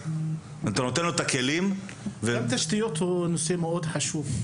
אתה נותן לו את הכלים --- גם התשתיות הוא נושא מאוד חשוב.